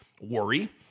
worry